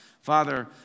Father